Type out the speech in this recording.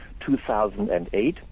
2008